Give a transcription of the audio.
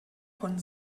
von